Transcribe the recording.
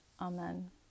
Amen